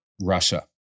Russia